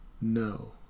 no